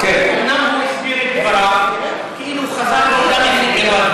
אומנם הוא הסביר את דבריו, כאילו חזר בו מהדברים.